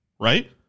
right